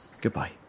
Goodbye